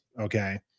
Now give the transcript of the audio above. Okay